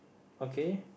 okay